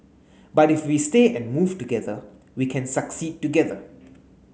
but if we stay and move together we can succeed together